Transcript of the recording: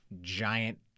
giant